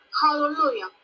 Hallelujah